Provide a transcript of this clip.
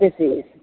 disease